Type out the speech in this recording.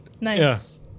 Nice